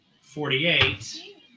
forty-eight